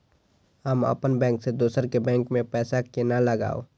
हम अपन बैंक से दोसर के बैंक में पैसा केना लगाव?